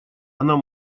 оно